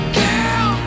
girl